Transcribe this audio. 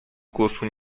głosu